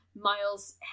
Miles